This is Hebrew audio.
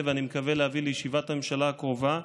שאני מגבש בימים האלה ואני מקווה להביא לישיבת הממשלה הקרובה.